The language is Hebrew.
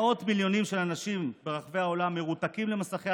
מאות מיליונים של אנשים ברחבי העולם מרותקים למסכי